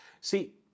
See